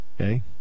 Okay